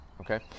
Okay